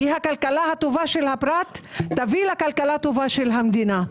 כי כלכלה טובה של הפרט תביא לכלכלה טובה של המדינה.